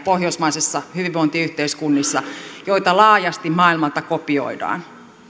pohjoismaisissa hyvinvointiyhteiskunnissa näitä fundamentteja joita laajasti maailmalla kopioidaan